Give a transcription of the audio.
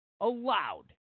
allowed